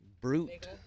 brute